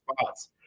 spots